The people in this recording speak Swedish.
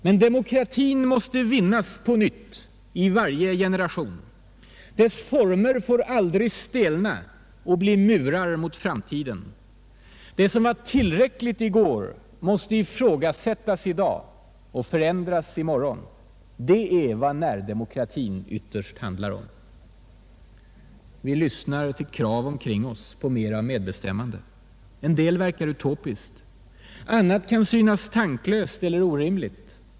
Men demokratin måste vinnas på nytt i varje generation. Dess former får aldrig stelna och bli murar mot framtiden. Det som var tillräckligt i går måste ifrågasättas i dag och förändras i morgen. Det är vad närdemokratin ytterst handlar om. Vi lyssnar till krav omkring oss på medbestämmande. En del verkar utopiskt. Annat kan synas tanklöst eller orimligt.